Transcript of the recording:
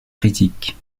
critiques